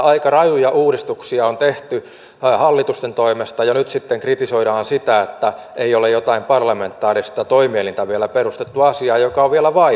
aika rajuja uudistuksia on tehty hallitusten toimesta ja nyt sitten kritisoidaan sitä että ei ole jotain parlamentaarista toimielintä vielä perustettu asiaan joka on vielä vaiheessa